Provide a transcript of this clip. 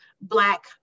black